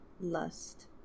lust